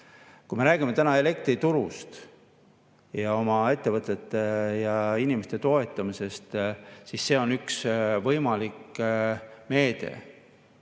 Me räägime täna elektriturust ning oma ettevõtete ja inimeste toetamisest. See on üks võimalik meede